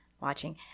watching